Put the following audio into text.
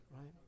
right